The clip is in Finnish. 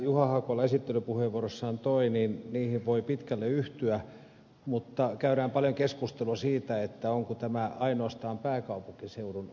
juha hakola esittelypuheenvuorossaan toi esiin voi pitkälle yhtyä mutta käydään paljon keskustelua siitä onko tämä ainoastaan pääkaupunkiseudun ongelma